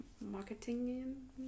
marketing